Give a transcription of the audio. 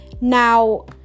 Now